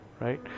right